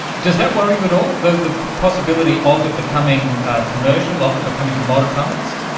does that worry you at all? the the possibility of it becoming commercial, of it becoming commoditised?